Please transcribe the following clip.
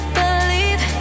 believe